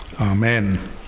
Amen